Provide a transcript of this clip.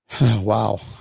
wow